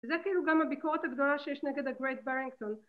זה כאילו גם ביקורת הגדולה שיש נגד הגרייט ברנקסון